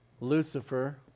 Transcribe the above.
Lucifer